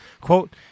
Quote